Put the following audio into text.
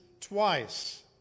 twice